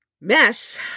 mess